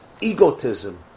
egotism